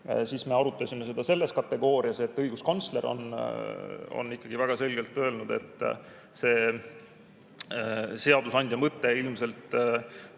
siis me arutasime seda selles kategoorias, et õiguskantsler on ikkagi väga selgelt öelnud, et seadusandja mõte ilmselt